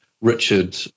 Richard